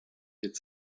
mit